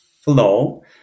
flow